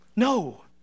No